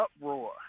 uproar